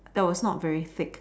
it was not very thick